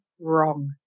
wrong